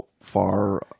far